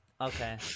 Okay